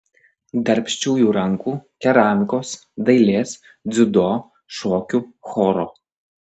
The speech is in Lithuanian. darbščiųjų rankų keramikos dailės dziudo šokių choro